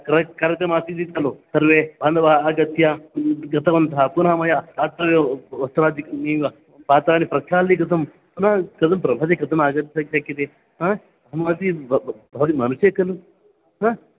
क्र करजमासीत् इति खलु सर्वे बान्धवाः आगत्य ह्म् गतवन्तः पुनः मया रात्रौ एव व वस्त्रादिकमीव पात्राणि प्रक्षाल्य कृतं पुनः खलु प्रभाते कथमागन्तुं श शक्यते हा अहमपि भवति मनुष्यः खलु हा